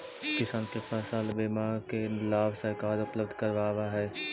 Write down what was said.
किसान के फसल बीमा के लाभ सरकार उपलब्ध करावऽ हइ